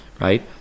right